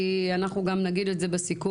כי אנחנו גם נגיד את זה בסיכום,